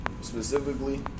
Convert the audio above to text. specifically